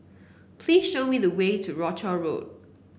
please show me the way to Rochor Road